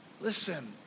Listen